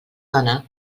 dona